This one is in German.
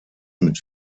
mit